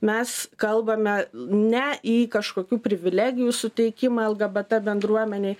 mes kalbame ne į kažkokių privilegijų suteikimą lgbt bendruomenei